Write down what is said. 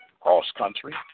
cross-country